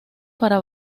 para